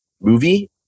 movie